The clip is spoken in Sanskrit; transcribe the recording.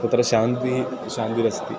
तत्र शान्तिः शान्तिरस्ति